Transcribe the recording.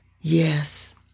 Yes